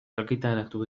argitaratu